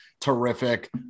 terrific